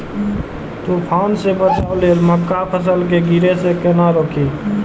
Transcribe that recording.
तुफान से बचाव लेल मक्का फसल के गिरे से केना रोकी?